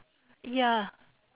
ya